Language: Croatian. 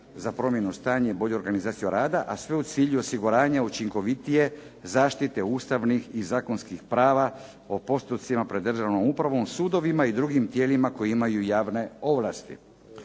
za promjenu stanja i bolju organizaciju rada, a sve u cilju osiguranja učinkovitije zaštite ustavnih i zakonskih prava o postupcima pred državnom upravom, sudovima i drugim tijelima koji imaju javne ovlasti.